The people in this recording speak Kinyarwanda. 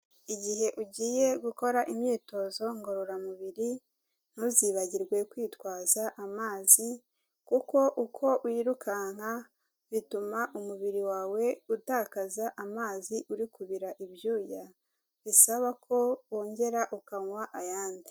Igihe ugiye gukora imyitozo ngororamubiri ntuzibagirwe kwitwaza amazi, kuko uko wirukanka bituma umubiri wawe utakaza amazi uri kubira ibyuya, bisaba ko wongera ukanywa ayandi.